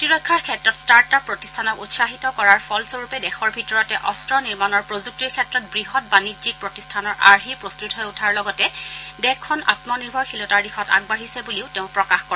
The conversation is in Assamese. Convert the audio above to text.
প্ৰতিৰক্ষাৰ ক্ষেত্ৰত ষ্টাৰ্ট আপ প্ৰতিষ্ঠানক উৎসাহিত কৰাৰ ফলস্বৰূপে দেশৰ ভিতৰতে অস্ত্ৰ নিৰ্মাণৰ প্ৰযুক্তিৰ ক্ষেত্ৰত বৃহৎ বাণিজ্যিক প্ৰতিষ্ঠানৰ আৰ্হি প্ৰস্তত হৈ উঠাৰ লগতে দেশখন আমনিৰ্ভৰশীলতাৰ দিশত আগবাঢ়িছে বুলিও তেওঁ প্ৰকাশ কৰে